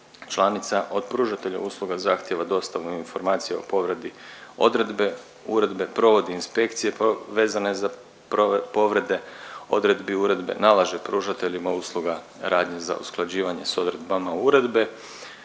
članica, od pružatelja usluga zahtjeva dostavu informacija o povredi odredbi uredbe, provodi inspekcije vezane za povrede odredbi uredbe, nalaže pružateljima usluga radnje za usklađivanje s odredbama uredbe,